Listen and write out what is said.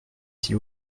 s’il